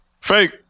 Fake